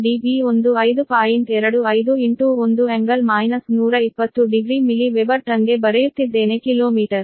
25 1∟ 120 degree milli weber ಟನ್ಗೆ ಬರೆಯುತ್ತಿದ್ದೇನೆ kilometre